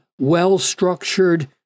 well-structured